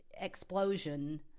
explosion